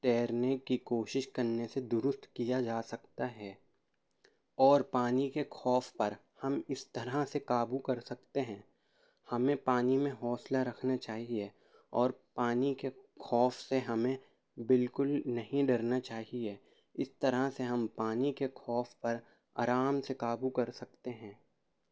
تیرنے کی کوشش کرنے سے درست کیا جا سکتا ہے اور پانی کے خوف پر ہم اس طرح سے قابو کر سکتے ہیں ہمیں پانی میں حوصلہ رکھنا چاہیے اور پانی کے خوف سے ہمیں بالکل نہیں ڈرنا چاہیے اس طرح سے ہم پانی کے خوف پر آرام سے قابو کر سکتے ہیں